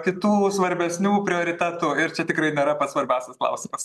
kitų svarbesnių prioritetų ir čia tikrai nėra pats svarbiausias klausimas